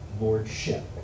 lordship